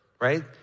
right